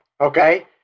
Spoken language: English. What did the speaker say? okay